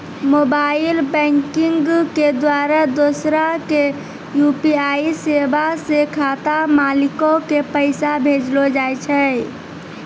mobile banking के द्वारा दोसरा के यू.पी.आई सेबा से खाता मालिको के पैसा भेजलो जाय छै